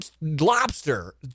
lobster